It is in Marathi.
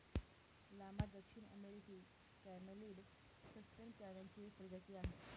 लामा दक्षिण अमेरिकी कॅमेलीड सस्तन प्राण्यांची एक प्रजाती आहे